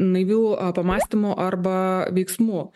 naivių pamąstymų arba veiksmų